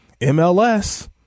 MLS